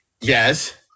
Yes